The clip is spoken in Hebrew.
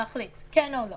ולהחליט כן או לא.